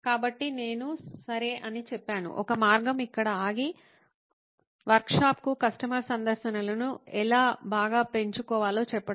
కాబట్టి నేను సరే అని చెప్పాను ఒక మార్గం ఇక్కడ ఆగి వర్క్షాప్కు కస్టమర్ సందర్శనలను ఎలా బాగా పెంచుకోవాలో చెప్పడం